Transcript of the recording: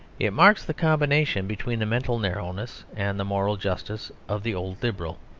it marks the combination between the mental narrowness and the moral justice of the old liberal.